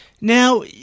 now